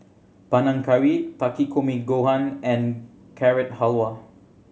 Panang Curry Takikomi Gohan and Carrot Halwa